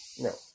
No